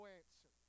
answer